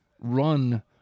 run